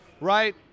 right